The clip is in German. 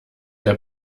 der